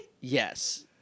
Yes